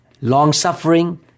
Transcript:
long-suffering